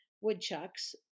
woodchucks